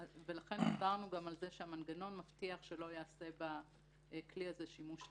לכן דיברנו גם על כך שהמנגנון מבטיח שלא ייעשה בכלי הזה שימוש תדיר.